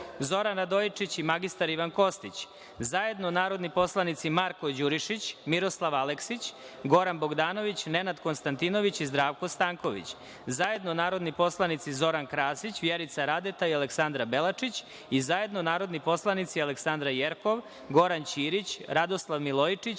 Zoran Radojičić i mr Ivan Kostić, zajedno narodni poslanici Marko Đurišić, Miroslav Aleksić, Goran Bogdanović, Nenad Konstantinović i Zdravko Stanković, zajedno narodni poslanici Zoran Krasić, Vjerica Radeta i Aleksandra Belačić i zajedno narodni poslanici Aleksdandra Jerkov, Goran Ćirić, Radoslav Milojičić,